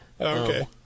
Okay